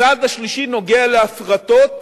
הצעד השלישי נוגע להפרטות,